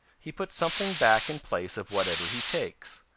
he puts something back in place of whatever he takes.